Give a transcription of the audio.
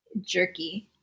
jerky